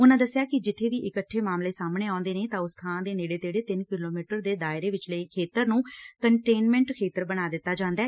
ਉਨੂਾ ਦਸਿਆ ਕਿ ਜਿੱਬੇ ਵੀ ਇਕੱਠੇ ਮਾਮਲੇ ਸਾਹਮਣੇ ਆਉਂਦੇ ਨੇ ਤਾਂ ਉਸ ਥਾਂ ਦੇ ਨੇੜੇ ਤੇੜੇ ਤਿੰਨ ਕਿਲੋਮੀਟਰ ਦੇ ਦਾਇਰੇ ਵਿਚਲੇ ਖੇਤਰ ਨੂੰ ਕੰਟੇਨਮੈਂਟ ਖੇਤਰ ਬਣਾ ਦਿਤਾ ਜਾਂਦੈ